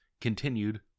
continued